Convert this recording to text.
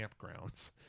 campgrounds